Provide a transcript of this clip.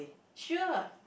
sure